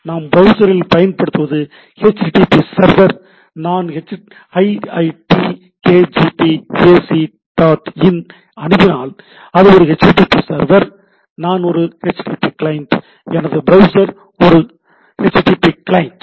நாம் பிரவுசரில் பயன்படுத்துவது HTTP சர்வர் நான் "iitkgp ac dot in" ஐ அணுகினால் அது ஒரு HTTP சர்வர் நான் ஒரு HTTP கிளையன்ட் எனது பிரவுசர் ஒரு HTTP கிளையன்ட்